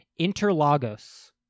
Interlagos